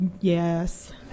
Yes